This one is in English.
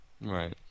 right